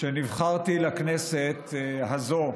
כשנבחרתי לכנסת הזאת,